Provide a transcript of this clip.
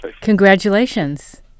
Congratulations